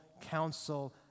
counsel